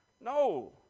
No